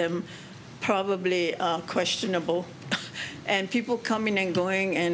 them probably questionable and people coming and going and